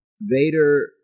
Vader